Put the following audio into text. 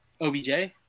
OBJ